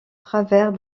travers